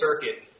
Circuit